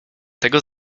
tego